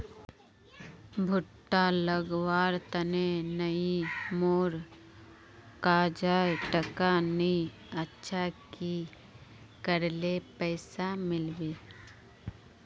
भुट्टा लगवार तने नई मोर काजाए टका नि अच्छा की करले पैसा मिलबे?